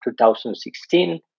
2016